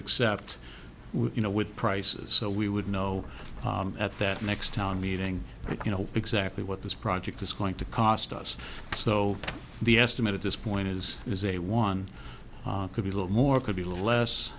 accept you know with prices so we would know at that next town meeting you know exactly what this project is going to cost us so the estimate at this point is is a one could be a lot more could be less